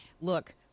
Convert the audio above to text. look